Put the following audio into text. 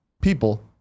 People